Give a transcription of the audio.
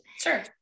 sure